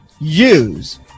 use